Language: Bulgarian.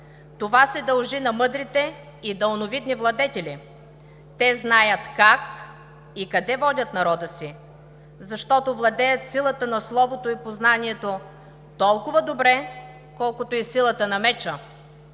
Това се дължи на мъдрите и далновидни владетели. Те знаят как и къде водят народа си, защото владеят силата на словото и познанието толкова добре, колкото и силата на меча.